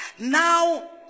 now